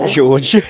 George